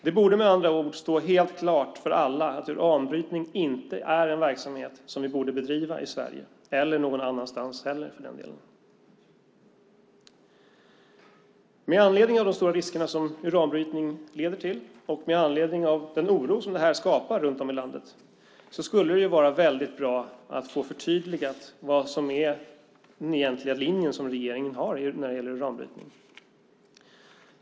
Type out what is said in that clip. Det borde med andra ord stå helt klart för alla att uranbrytning inte är en verksamhet som vi borde bedriva i Sverige, och inte någon annanstans heller för den delen. Med anledning av de stora risker som uranbrytning leder till och med anledning av den oro som det här skapar runt om i landet skulle det vara väldigt bra att få förtydligat vad som är regeringens egentliga linje när det gäller uranbrytning.